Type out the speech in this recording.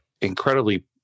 incredibly